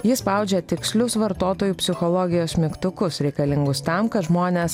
ji spaudžia tikslius vartotojų psichologijos mygtukus reikalingus tam kad žmonės